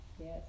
Yes